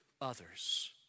others